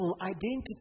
identity